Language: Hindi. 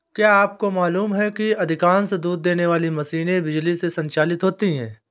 क्या आपको मालूम है कि अधिकांश दूध देने वाली मशीनें बिजली से संचालित होती हैं?